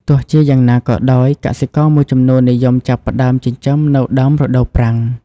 ទោះជាយ៉ាងណាក៏ដោយ កសិករមួយចំនួននិយមចាប់ផ្តើមចិញ្ចឹមនៅដើមរដូវប្រាំង។